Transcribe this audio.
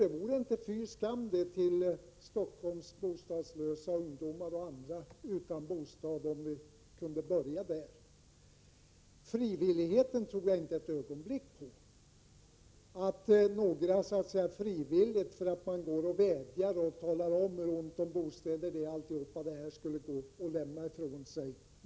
Det vore inte fy skam till att börja med för bostadslösa ungdomar och andra. Frivillighet på detta område tror jaginte ett dugg på. Jag tror inte att några människor frivilligt lämnar ifrån sig lägenheter bara därför att man vädjar till dem och talar om hur många som är bostadslösa.